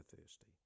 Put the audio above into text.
thirsty